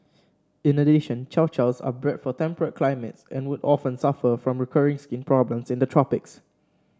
in addition Chow Chows are bred for temperate climates and would often suffer from recurring skin problems in the tropics